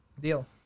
deal